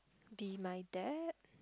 be my dad